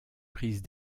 prise